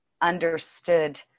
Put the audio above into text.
understood